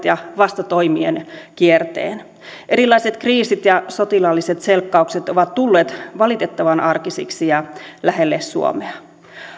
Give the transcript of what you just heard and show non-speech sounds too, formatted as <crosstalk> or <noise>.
<unintelligible> ja vastatoimien kierrettä erilaiset kriisit ja sotilaalliset selkkaukset ovat tulleet valitettavan arkisiksi ja lähelle suomea